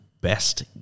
best